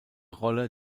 rolle